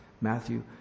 Matthew